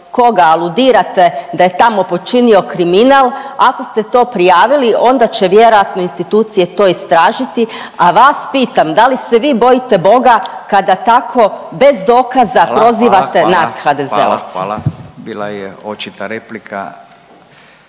koga aludira da je tamo počinio kriminal. Ako ste to prijavili onda će vjerojatno institucije to istražiti, a vas pitam da li se vi bojite Boga kada tako bez dokaza prozivate …/Upadica: Hvala, hvala, hvala./… nas HDZ-ovce.